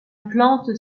plante